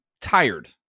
tired